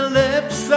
lips